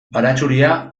baratxuria